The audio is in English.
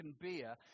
beer